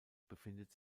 befindet